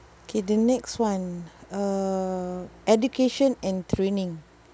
okay the next [one] uh education and training